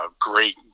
great